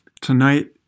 Tonight